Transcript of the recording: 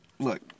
Look